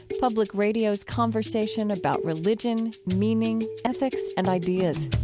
public radio's conversation about religion, meaning, ethics and ideas.